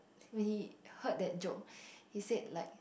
when he heard that joke he said like